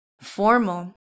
formal